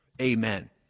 Amen